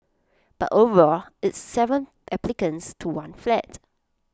but overall it's Seven applicants to one flat